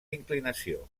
inclinació